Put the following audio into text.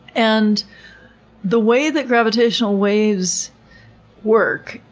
and the way that gravitational waves work,